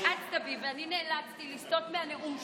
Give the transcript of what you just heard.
האצת בי, ואני נאלצתי לסטות מהנאום שלי.